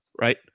right